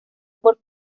por